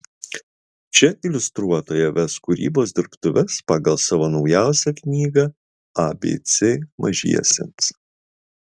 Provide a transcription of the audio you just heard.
čia iliustruotoja ves kūrybos dirbtuves pagal savo naujausią knygą abc mažiesiems